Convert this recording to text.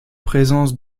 présence